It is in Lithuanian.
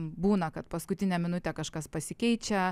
būna kad paskutinę minutę kažkas pasikeičia